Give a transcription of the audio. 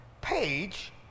page